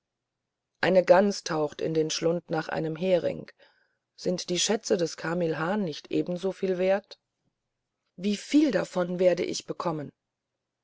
eine gans taucht in den schlund nach einem hering sind die schätze des carmilhan nicht ebensoviel wert wieviel davon werd ich bekommen